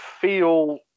feel